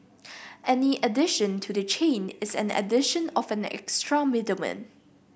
any addition to the chain is an addition of an extra middleman